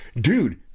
dude